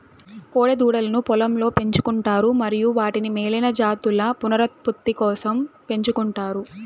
కోడె దూడలను పొలంలో పెంచు కుంటారు మరియు వాటిని మేలైన జాతుల పునరుత్పత్తి కోసం పెంచుకుంటారు